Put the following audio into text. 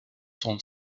son